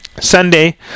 Sunday